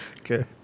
Okay